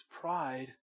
pride